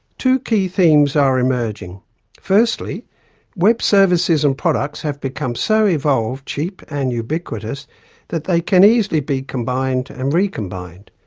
two key themes are emerging firstly web services and products have become so evolved, cheap and ubiquitous that they can easily be combined and recombined.